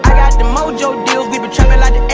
the mojo deals, we been trappin' like